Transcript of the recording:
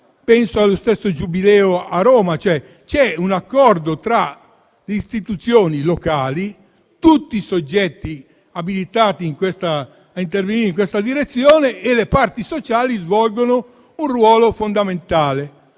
o allo stesso Giubileo a Roma: c'è un accordo tra le istituzioni locali e tutti i soggetti abilitati a intervenire in questa direzione e le parti sociali svolgono un ruolo fondamentale.